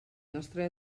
nostre